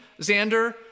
Xander